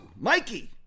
Mikey